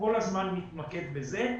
הזמן אני מתמקד בזה.